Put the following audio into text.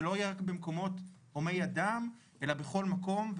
לא יהיה רק במקומות הומי אדם אלא בכל מקום,